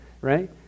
right